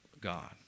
God